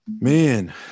man